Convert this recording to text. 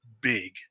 big